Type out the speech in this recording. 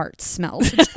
smelled